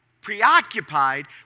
preoccupied